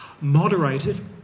moderated